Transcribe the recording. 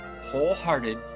wholehearted